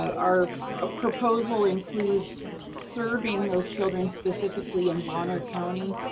our ah proposal includes serving those children specifically in bonner county.